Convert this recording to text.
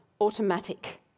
automatic